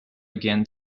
again